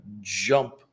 jump